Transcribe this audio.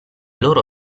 loro